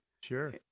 Sure